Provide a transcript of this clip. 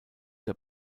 der